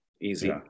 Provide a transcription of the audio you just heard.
easy